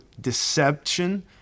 deception